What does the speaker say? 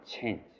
change